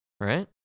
right